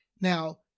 Now